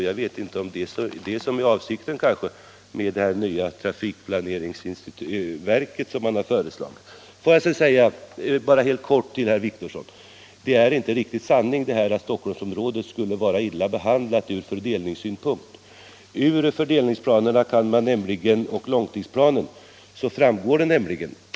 Jag vet inte om det kanske är det som är avsikten med det nya trafikplaneringsverk som har föreslagits. Låt mig sedan bara helt kort till herr Wictorsson säga att det inte är riktigt sant att Stockholmsområdet skulle vara illa behandlat från fördelningssynpunkt. Det framgår av fördelningsplanerna och långtidsplanen.